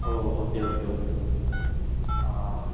O okay okay okay bro ah